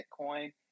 Bitcoin